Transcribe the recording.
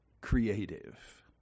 Creative